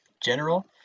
general